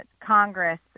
Congress